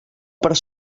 per